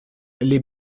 les